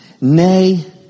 nay